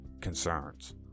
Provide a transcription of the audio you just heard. concerns